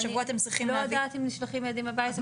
השבוע אתם צריכים להביא --- לא יודעת אם נשלחים ילדים הביתה.